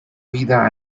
vida